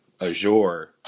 Azure